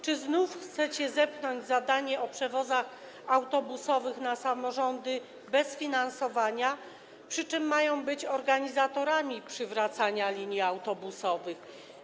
Czy znów chcecie zepchnąć zadanie w zakresie przewozów autobusowych na samorządy bez finansowania, przy czym mają one być organizatorami przywracania linii autobusowych?